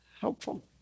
helpful